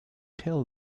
tell